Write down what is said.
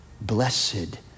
blessed